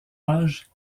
âge